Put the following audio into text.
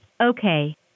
Okay